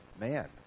man